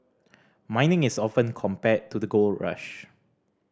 mining is often compared to the gold rush